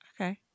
Okay